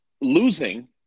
losing